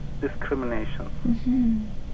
discrimination